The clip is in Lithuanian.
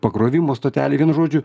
pakrovimo stotelė vienu žodžiu